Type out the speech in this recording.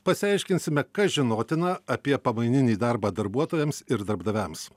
pasiaiškinsime kas žinotina apie pamaininį darbą darbuotojams ir darbdaviams